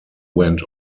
went